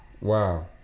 wow